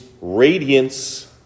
radiance